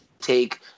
take